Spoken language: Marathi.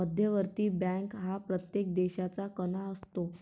मध्यवर्ती बँक हा प्रत्येक देशाचा कणा असतो